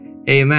Amen